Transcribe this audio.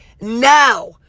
now